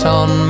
on